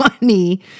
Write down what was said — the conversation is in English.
money